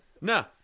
No